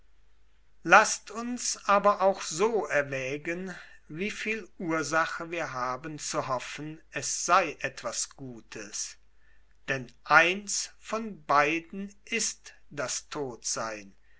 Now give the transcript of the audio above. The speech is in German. laßt uns aber auch so erwägen wieviel ursache wir haben zu hoffen es sei etwas gutes denn eins von beiden ist das totsein